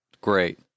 great